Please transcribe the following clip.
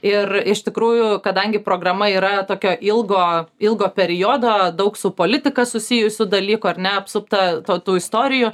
ir iš tikrųjų kadangi programa yra tokio ilgo ilgo periodo daug su politika susijusių dalykų ar ne apsupta to tų istorijų